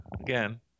Again